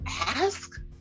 ask